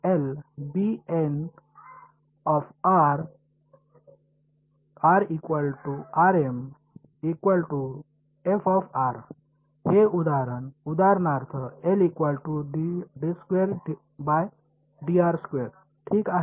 तर उदाहरण उदाहरणार्थ ठीक आहे